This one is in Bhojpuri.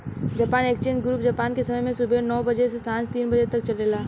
जापान एक्सचेंज ग्रुप जापान के समय से सुबेरे नौ बजे से सांझ तीन बजे तक चलेला